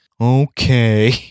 Okay